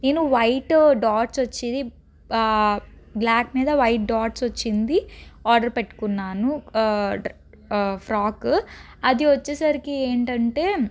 నేను white dots వచ్చేది black మీద వైట్ డాట్స్ వచ్చింది ఆర్డర్ పెట్టుకున్నాను ఫ్రాకు అది వచ్చేసరికి ఏంటంటే